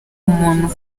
umuntu